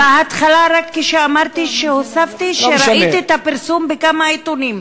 בהתחלה רק הוספתי שראיתי את הפרסום בכמה עיתונים.